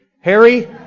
Harry